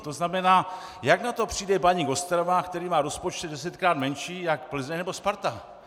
To znamená, jak na to přijde Baník Ostrava, který má rozpočet desetkrát menší než Plzeň nebo Sparta.